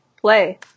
play